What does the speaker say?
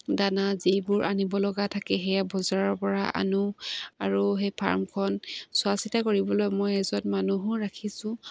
দানা যিবোৰ আনিব লগা থাকে সেয়া বজাৰৰপৰা আনো আৰু সেই ফাৰ্মখন চোৱা চিতা কৰিবলৈ মই এজন মানুহো ৰাখিছোঁ